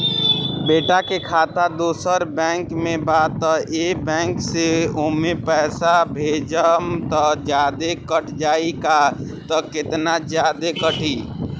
बेटा के खाता दोसर बैंक में बा त ए बैंक से ओमे पैसा भेजम त जादे कट जायी का त केतना जादे कटी?